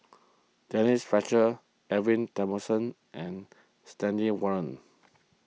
Denise Fletcher Edwin and Stanley Warren